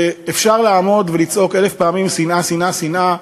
אפשר לעמוד ולצעוק אלף פעמים "שנאה, שנאה, שנאה".